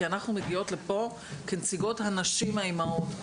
אנחנו מגיעות לפה כנציגות הנשים האימהות.